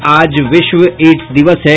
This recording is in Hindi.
और आज विश्व एड़स दिवस है